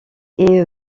est